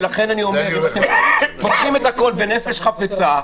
ולכן אני אומר: פותחים את הכול בנפש חפצה,